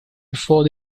before